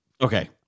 Okay